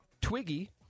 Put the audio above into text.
Twiggy